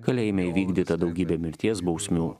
kalėjime įvykdyta daugybė mirties bausmių